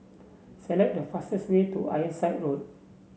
select the fastest way to Ironside Road